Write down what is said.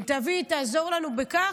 אם תביא, תעזור לנו בכך,